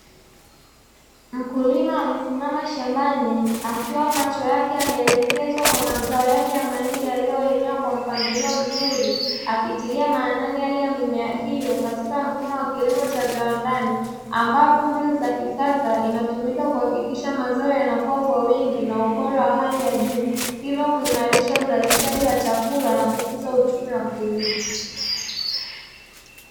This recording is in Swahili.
Mkulima amesimama shambani akiwa macho yake ameelekezwa kwa mazao yake ya mahindi yalioenea kwa mpangilio mzuri, akitilia maanani hali ya mimea hiyo katika mfumo wa kilimo cha viwandani ambapo mbinu za kisasa inatumika kuhakikisha mazao yanakua kwa wingi na ubora wa hali ya juu hivyo kuimarisha uzalishaji wa chakula na kukuza uchumi wa kilimo.